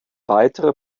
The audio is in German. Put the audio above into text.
weitere